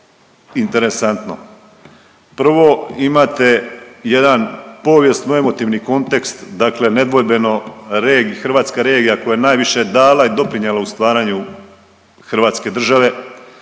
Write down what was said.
interesantno. Prvo, imate jedan povijesno emotivni kontekst dakle nedvojbeno hrvatska regija koja je najviše dala i doprinijela u stvaranju Hrvatske države